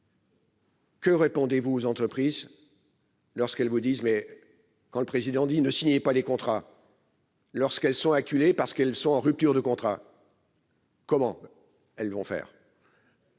Que répondez-vous aux entreprises lorsqu'elles vous disent : mais quand le président dit : ne signez pas les contrats, lorsqu'elles sont acculées parce qu'elles sont en rupture de contrat, comment elles vont faire.